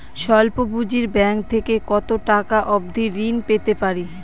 স্বল্প পুঁজির ব্যাংক থেকে কত টাকা অবধি ঋণ পেতে পারি?